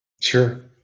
sure